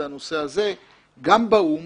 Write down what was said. זה הנושא הזה גם באו"ם